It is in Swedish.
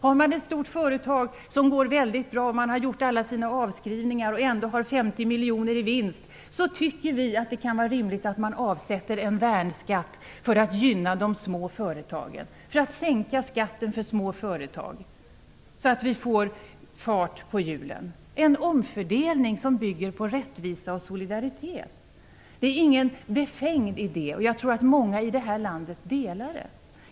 Har man ett stort företag som går väldigt bra, man har gjort alla sina avskrivningar och har ändå 50 miljoner i vinst, så tycker vi att det kan vara rimligt att man avsätter en värnskatt för att gynna de små företagen genom att sänka skatten för dem, så att vi får fart på hjulen. Det är en omfördelning som bygger på rättvisa och solidaritet. Det är ingen befängd idé, och jag tror att många i det här landet delar den.